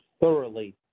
thoroughly